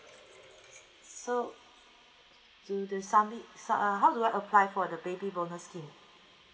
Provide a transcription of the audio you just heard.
so to the submit sub uh how do I apply for the baby bonus scheme